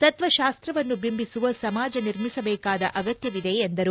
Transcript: ತತ್ವಶಾಸ್ತ್ರವನ್ನು ಬಿಂಬಿಸುವ ಸಮಾಜ ನಿರ್ಮಿಸಬೇಕಾದ ಅಗತ್ಯವಿದೆ ಎಂದರು